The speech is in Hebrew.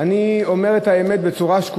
סומך עליך שאתה